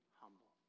humble